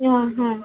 ಹಾಂ ಹ್ಞೂ